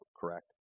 correct